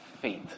faith